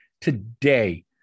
Today